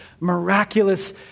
miraculous